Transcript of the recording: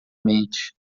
mente